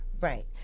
Right